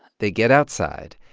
they get outside,